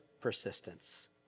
persistence